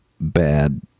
bad